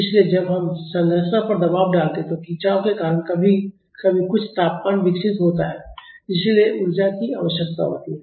इसलिए जब हम संरचना पर दबाव डालते हैं तो खिंचाव के कारण कभी कभी कुछ तापमान विकसित होता है जिसके लिए ऊर्जा की आवश्यकता होती है